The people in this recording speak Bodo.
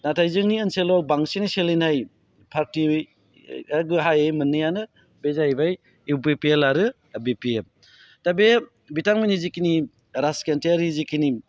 नाथाय जोंनि ओनसोलाव बांसिनै सोलिनाय पार्टिया गाहायै मोननैयानो बे जाहैबाय इउ पि पि एल आरो बि पि एफ दा बे बिथांमोननि जिखिनि राजखान्थियारि जिखिनि